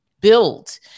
build